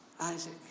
Isaac